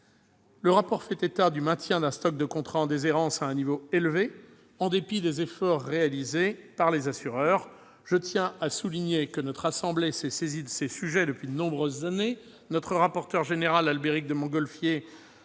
le rapport fait état du maintien d'un stock de contrats en déshérence à un niveau élevé, en dépit des efforts réalisés par les assureurs. Je tiens à souligner que notre assemblée s'est saisie de ces sujets depuis de nombreuses années : notre rapporteur général, Albéric de Montgolfier,